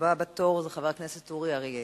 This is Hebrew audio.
הבא בתור זה חבר הכנסת אורי אריאל.